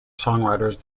songwriters